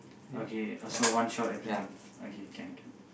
okay uh so one shot everything okay can can